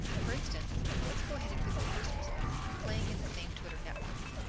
for instance let's go ahead and click the first result playing in the same twitter network.